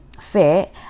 fit